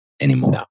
anymore